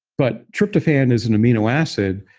but tryptophan is an amino acid.